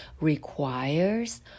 requires